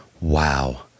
wow